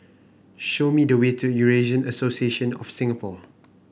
show me the way to Eurasian Association of Singapore